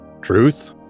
Truth